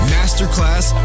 Masterclass